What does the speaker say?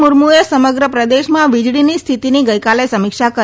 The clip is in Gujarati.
મુર્મુએ સમગ્ર પ્રદેશમાં વીજળીની સ્થિતિની ગઇકાલે સમીક્ષા કરી